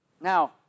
Now